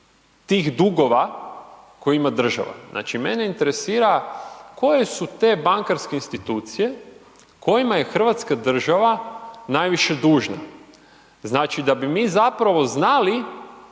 tih dugova koje ima država. Znači mene interesira, koje su te bankarske institucije, kojima je Hrvatska država najviše dužna? Znači da bi mi zapravo znali